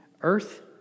earth